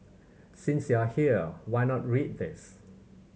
since you are here why not read this